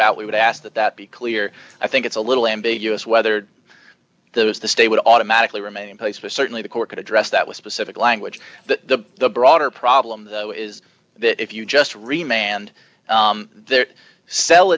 route we would ask that that be clear i think it's a little ambiguous whether there was the stay would automatically remain in place but certainly the court could address that with specific language the the broader problem though is that if you just remain and their cell